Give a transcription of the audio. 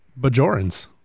Bajorans